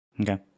Okay